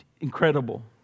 Incredible